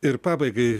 ir pabaigai